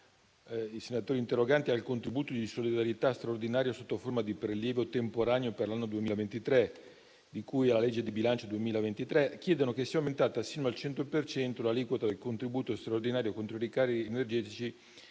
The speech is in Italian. facciano riferimento al contributo di solidarietà straordinario sotto forma di prelievo temporaneo per l'anno 2023, di cui alla legge di bilancio 2023, chiedono che sia aumentata sino al 100 per cento l'aliquota del contributo straordinario contro i rincari energetici